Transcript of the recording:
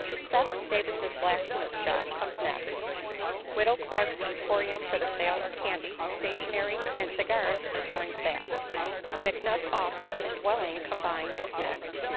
seth davis' blacksmith shop comes next widow clark's emporium for the sale of candy, stationery and cigars adjoins that mcnutt's office and dwelling combined is next,